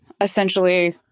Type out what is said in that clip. essentially